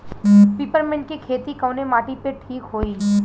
Peppermint के खेती कवने माटी पे ठीक होई?